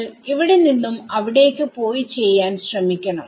നിങ്ങൾ ഇവിടെ നിന്നും അവിടേക്ക് പോയി ചെയ്യാൻ ശ്രമിക്കണം